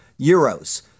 euros